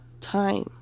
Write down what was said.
time